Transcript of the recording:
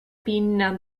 pinna